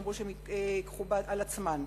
שהן אמרו שהן ייקחו על עצמן.